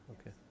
Okay